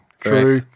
True